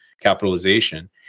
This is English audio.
capitalization